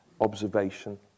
observation